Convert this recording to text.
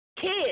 Kids